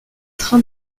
train